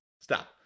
Stop